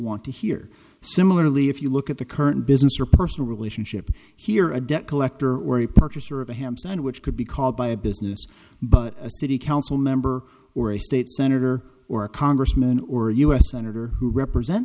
want to hear similarly if you look at the current business or personal relationship here a debt collector or a purchaser of a ham sandwich could be called by a business but a city council member or a state senator or a congressman or a u s senator who represent